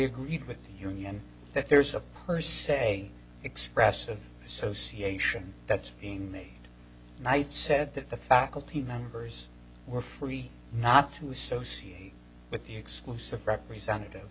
agreed with union that there's a per se expressive association that's being made right said that the faculty members were free not to associate with the exclusive representative